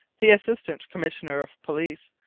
the assistant commissioner of police,